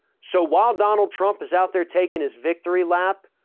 so while donald trump is out there taken his victory lap,